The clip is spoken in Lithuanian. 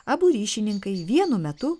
abu ryšininkai vienu metu